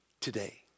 today